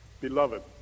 Beloved